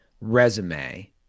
resume